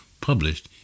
published